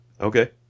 Okay